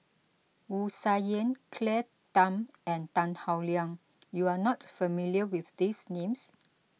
Wu Tsai Yen Claire Tham and Tan Howe Liang you are not familiar with these names